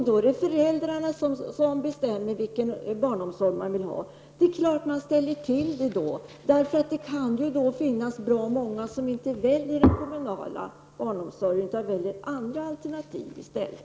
Då bestämmer föräldrarna vilken barnomsorg de vill ha. Det är klart att man då ställer till det, eftersom det kan finnas bra många som inte väljer den kommunala barnomsorgen utan väljer andra alternativ i stället.